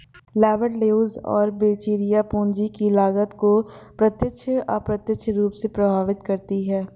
Lambert, Leuz और Verrecchia, पूंजी की लागत को प्रत्यक्ष, अप्रत्यक्ष रूप से प्रभावित करती है